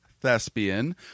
thespian